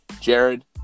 Jared